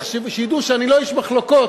שידעו שאני לא איש מחלוקות.